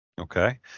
Okay